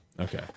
Okay